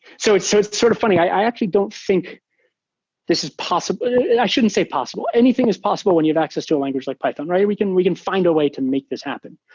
so it's so it's sort of funny. i actually don't think this is possible. i shouldn't say possible. anything is possible when you have access to a language like python, right? we can we can find a way to make this happen.